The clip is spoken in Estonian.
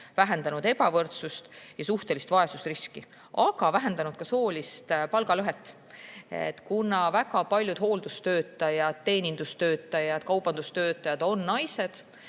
vähendanud ebavõrdsust ja suhtelist vaesusriski, aga ka vähendanud soolist palgalõhet. Kuna väga paljud hooldustöötajad, teenindustöötajad ja kaubandustöötajad on naised